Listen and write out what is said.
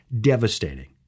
devastating